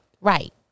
Right